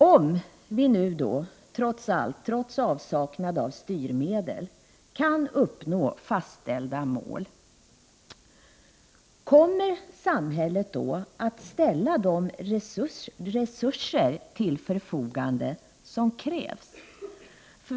Om vi nu, trots avsaknad av styrmedel, kan uppnå fastställda mål, kommer samhället då att ställa de resurser till förfogande som krävs?